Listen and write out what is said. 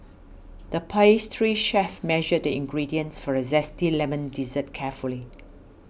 the pastry chef measured the ingredients for a Zesty Lemon Dessert carefully